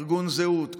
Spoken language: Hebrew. ארגון זהות,